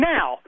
Now